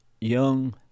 young